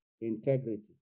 Integrity